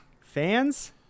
fans